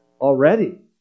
already